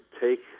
take